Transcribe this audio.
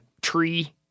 tree